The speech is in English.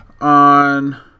on